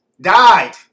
died